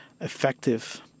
effective